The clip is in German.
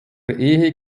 ehe